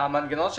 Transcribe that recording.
המנגנון של